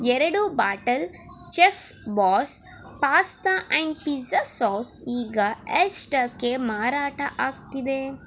ಎರಡು ಬಾಟಲ್ ಚೆಫ್ಬಾಸ್ pasta and pizza sauce ಈಗ ಎಷ್ಟಕ್ಕೆ ಮಾರಾಟ ಆಗ್ತಿದೆ